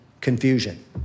confusion